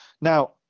Now